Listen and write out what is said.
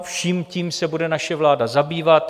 Vším tím se bude naše vláda zabývat.